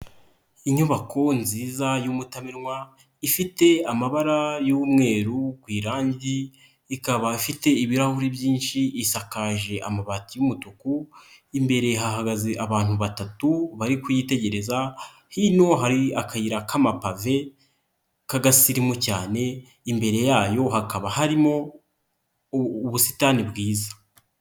Inyubako nziza y'umutamenwa ifite amabara y'umweru ku irangi, ikaba ifite ibirahuri byinshi, isakaje amabati y'umutuku, imbere hahagaze abantu batatu bari kuyitegereza, hino hari akayira k'amapave k'agasirimu cyane, imbere yayo hakaba harimo ubusitani bwiza.